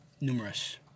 numerous